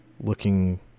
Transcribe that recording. looking